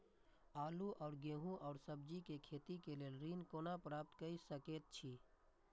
आलू और गेहूं और सब्जी के खेती के लेल ऋण कोना प्राप्त कय सकेत छी?